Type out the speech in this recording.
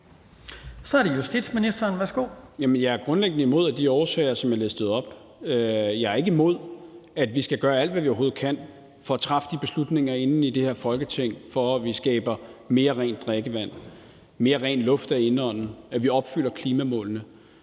(Peter Hummelgaard): Jamen jeg er grundlæggende imod af de årsager, som jeg listede op. Jeg er ikke imod, at vi skal gøre alt, hvad vi overhovedet kan, for at træffe de beslutninger i det her Folketing om at skabe mere rent drikkevand og mere ren luft at indånde – at vi opfylder klimamålene.